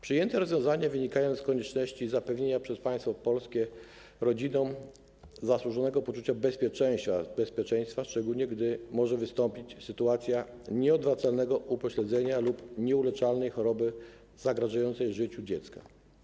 Przyjęte rozwiązania wynikają z konieczności zapewnienia przez państwo polskie rodzinom zasłużonego poczucia bezpieczeństwa, szczególnie gdy może wystąpić sytuacja nieodwracalnego upośledzenia lub nieuleczalnej choroby zagrażającej życiu dziecka.